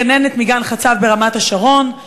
גננת מגן "חצב" ברמת-השרון,